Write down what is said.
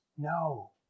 No